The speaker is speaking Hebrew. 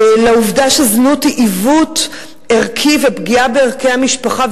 לעובדה שזנות היא עיוות ערכי ופגיעה בערכי המשפחה.